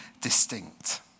distinct